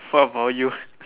what about you